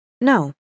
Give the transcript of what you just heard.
No